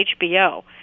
HBO